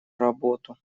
работу